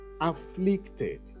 afflicted